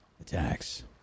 attacks